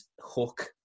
hook